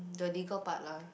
the legal part lah